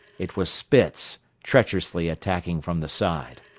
it was spitz, treacherously attacking from the side.